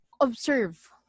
observe